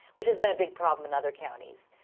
which has been a big problem in other counties.